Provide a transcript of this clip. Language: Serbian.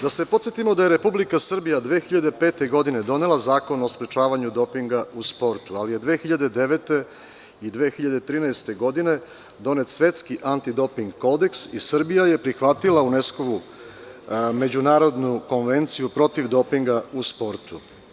Da se podsetimo da je Republika Srbija 2005. godine donela Zakon o sprečavanju dopinga u sportu, ali je 2009. i 2013. godine donet Svetski antidoping kodeks i Srbija je prihvatila UNESKO-vu Međunarodnu konvenciju protiv dopinga u sportu.